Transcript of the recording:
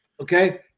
Okay